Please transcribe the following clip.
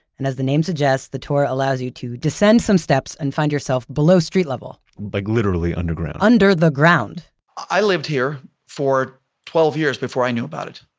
and as the name suggests, the tour allows you to descend some steps and find yourself below street level like literally underground? under the ground i lived here for twelve years before i knew about it.